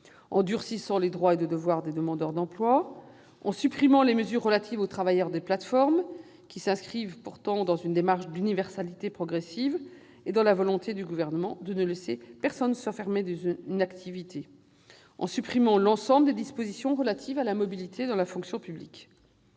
au durcissement des droits et devoirs des demandeurs d'emploi. La commission a également supprimé les mesures relatives aux travailleurs des plateformes, qui s'inscrivent pourtant dans une démarche d'universalité progressive, conformément à la volonté du Gouvernement de ne laisser personne s'enfermer dans une activité, ainsi que l'ensemble des dispositions relatives à la mobilité dans la fonction publique.